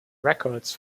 records